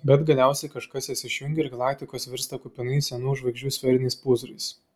bet galiausiai kažkas jas išjungia ir galaktikos virsta kupinais senų žvaigždžių sferiniais pūzrais